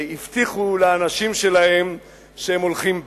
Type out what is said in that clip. הבטיחו לאנשים שלהם שהם הולכים בה,